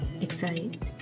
excite